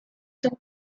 than